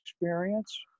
experience